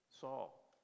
Saul